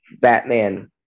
Batman